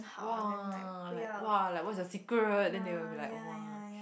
!wah! like !wah! like what's your secret then they will be like !wah!